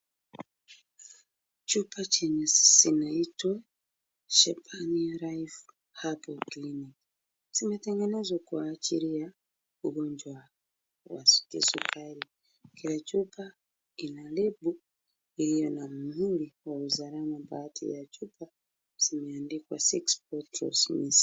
Chupa zenye zinaitwa Zephania life Herbal Clinic. Zimetengenezwa kwa ajili ya ugonjwa wa kisukari. Kila chupa ina lebo iliyo na mhuri wa usalama. Baadhi ya chupa zimeandika six bottles missing .